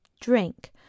drink